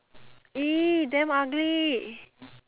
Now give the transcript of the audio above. !ee! damn ugly